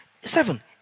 Seven